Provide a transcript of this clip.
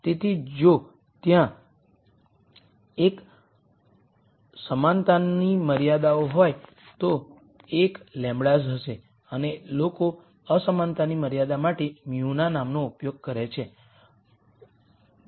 તેથી જો ત્યાં l સમાનતાની મર્યાદાઓ હોય તો ત્યાં l લેમ્બડાસ હશે અને લોકો અસમાનતાની મર્યાદા માટે μ ના નામનો ઉપયોગ કરે છે